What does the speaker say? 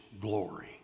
glory